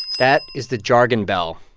that is the jargon bell.